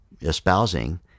espousing